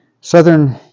southern